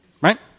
right